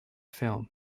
film